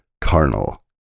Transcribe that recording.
carnal